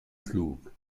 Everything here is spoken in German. flug